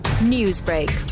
Newsbreak